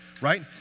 right